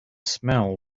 smell